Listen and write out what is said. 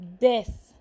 death